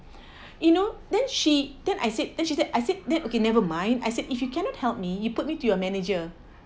you know then she then I said then she said I said okay never mind I said if you cannot help me you put me to your manager